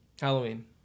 Halloween